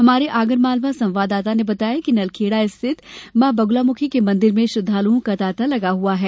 हमारे आगरमालवा संवाददाता ने बताया कि नलखेडा स्थित मां बगलामुखी के मंदिर में श्रद्वालुओं का तांता लगा हुआ है